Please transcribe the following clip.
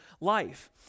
life